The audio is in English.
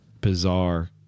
bizarre